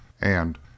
And